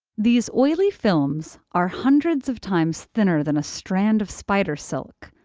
these oily films are hundreds of times thinner than a strand of spider silk,